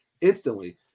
instantly